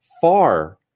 far